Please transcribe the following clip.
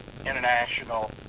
international